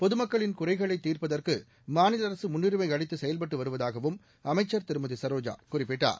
பொதுமக்களின் குறைகளை தீர்ப்பதற்கு மாநில அரசு முன்னுரிமை அளித்து செயல்பட்டு வருவதாகவும் அமைச்சர் திருமதி சரோஜா குறிப்பிட்டார்